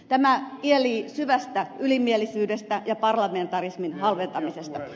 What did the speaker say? tämä kielii syvästä ylimielisyydestä ja parlamentarismin halventamisesta